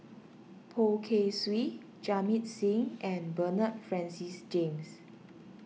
Poh Kay Swee Jamit Singh and Bernard Francis James